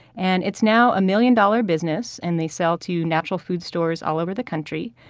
and it's now a million-dollar business. and they sell to natural-foods stores all over the country.